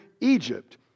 Egypt